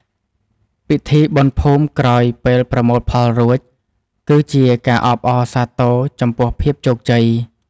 ពិធីបុណ្យភូមិក្រោយពេលប្រមូលផលរួច គឺជាការអបអរសាទរចំពោះភាពជោគជ័យ។